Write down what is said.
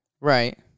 Right